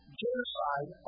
genocide